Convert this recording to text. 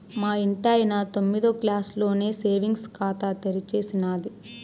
మా ఇంటాయన తొమ్మిదో క్లాసులోనే సేవింగ్స్ ఖాతా తెరిచేసినాది